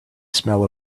smell